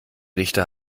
richter